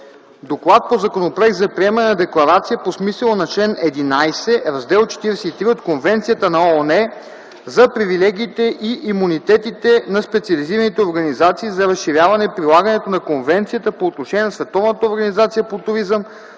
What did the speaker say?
гласуване Законопроект за приемане на декларация по смисъла на чл. ХІ, Раздел 43 от Конвенцията на ООН за привилегиите и имунитетите на специализираните организации за разширяване прилагането на Конвенцията по отношение на